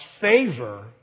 favor